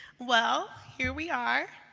well, here we are.